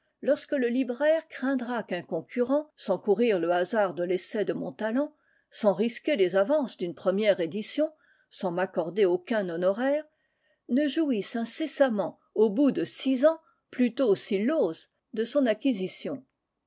lorsque le libraire craindra qu'un concurrent sans courir le hasard de l'essai de mon talent sans risquer les avances d'une première édition sans m'accorder aucun honoraire ne jouisse incessamment au bout de six ans plus tôt s'il l'ose de son acquisition